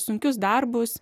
sunkius darbus